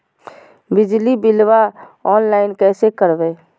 बिजली बिलाबा ऑनलाइन कैसे करबै?